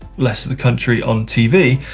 less of the country on tv,